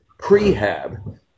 prehab